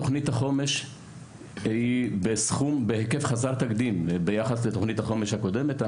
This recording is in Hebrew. תוכנית החומש היא בסכום בהיקף חסר תקדים ביחד לתוכנית החומש הקודמת.